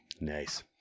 Nice